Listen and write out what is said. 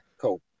cool